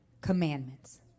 commandments